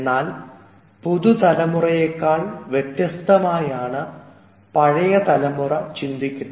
എന്നാൽ പുതുതലമുറയെക്കാൾ വ്യത്യസ്തമായാണ് പഴയ തലമുറ ചിന്തിക്കുന്നത്